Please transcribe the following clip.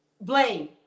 Blame